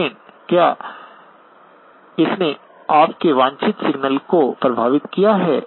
लेकिन क्या इसने आपके वांछित सिग्नल को प्रभावित किया है